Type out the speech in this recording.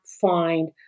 find